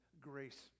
grace